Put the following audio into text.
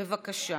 בבקשה.